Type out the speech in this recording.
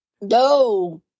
No